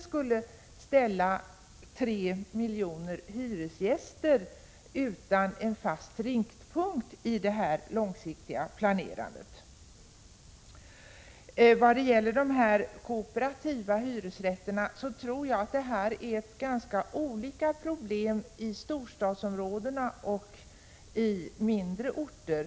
skulle ställa tre miljoner hyresgäster utan en fast riktpunkt i det långsiktiga planerandet. Jag tror att problemen när det gäller de kooperativa hyresrätterna är ganska olika i storstadsområdena och på mindre orter.